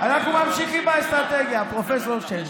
אנחנו ממשיכים באסטרטגיה, פרופ' שיין.